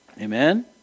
Amen